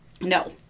No